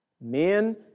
Men